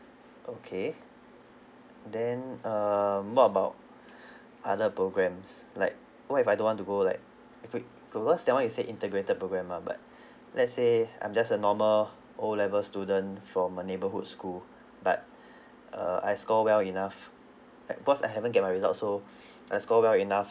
okay then um what about other programs like what if I don't want to go like uh if we because that [one] you said integrated program mah but let's say I'm just a normal O level student from a neighborhood school but uh I score well enough like because I haven't get my result so I score well enough